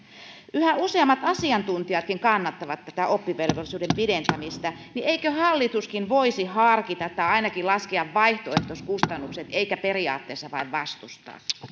yhä useammat asiantuntijatkin kannattavat tätä oppivelvollisuuden pidentämistä niin eikö hallituskin voisi harkita tai ainakin laskea vaihtoehtoiskustannukset eikä periaatteessa vain vastustaa